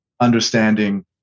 understanding